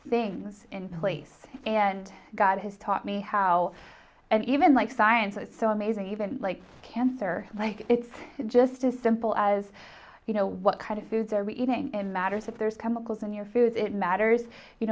things in place and god has taught me how and even like science it's so amazing even like cancer like it's just as simple as you know what kind of foods are we eating in matters if there's chemicals in your food it matters you